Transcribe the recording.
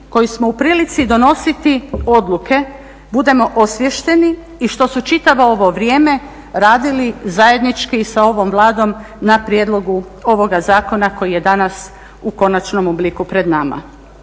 koji smo u prilici donositi odluke budemo osviješteni i što su čitavo ovo vrijeme radili zajednički sa ovom vladom na prijedlogu ovoga zakona koji je danas u konačnom obliku pred nama.